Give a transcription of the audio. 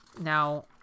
Now